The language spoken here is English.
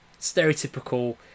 stereotypical